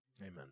Amen